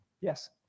Yes